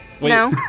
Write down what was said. No